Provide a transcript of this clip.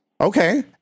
Okay